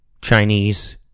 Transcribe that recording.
Chinese